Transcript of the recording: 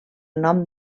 nom